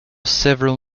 several